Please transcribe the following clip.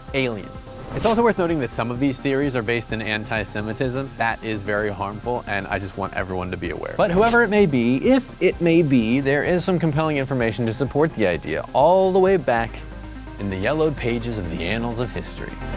aliens. it's also worth noting that some of these theories are based in anti-semitism. that is very harmful, and i just want everyone to be aware. but whoever it may be, if it may be, this is some compelling information to support the idea, all the way back in the yellowed pages of the annals of history.